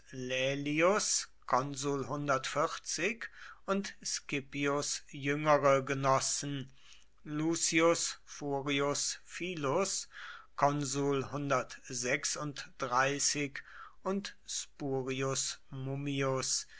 laelius und scipios jüngere genossen lucius furius philus und spurius mummius